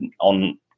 on